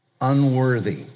unworthy